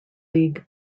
league